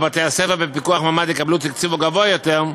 בתי-הספר בפיקוח ממ"ד יקבלו תקצוב גבוה יותר,